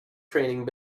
training